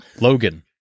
Logan